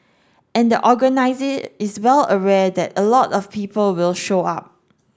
and the organiser is well aware that a lot of people will show up